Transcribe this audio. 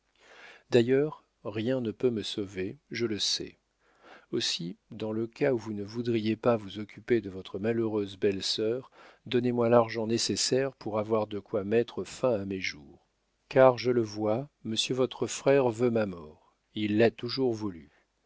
d'ailleurs rien ne peut me sauver je le sais aussi dans le cas où vous ne voudriez pas vous occuper de votre malheureuse belle-sœur donnez-moi l'argent nécessaire pour avoir de quoi mettre fin à mes jours car je le vois monsieur votre frère veut ma mort il l'a toujours voulue